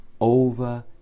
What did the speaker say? over